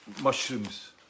Mushrooms